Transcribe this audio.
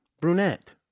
Brunette